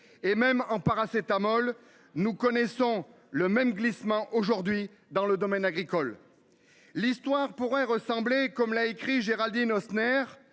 et même en paracétamol. Nous connaissons le même glissement aujourd'hui dans le domaine agricole. L'histoire pourrait ressembler, comme l'a écrit Géraldine Hausner